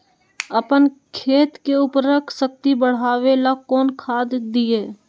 अपन खेत के उर्वरक शक्ति बढावेला कौन खाद दीये?